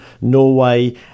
Norway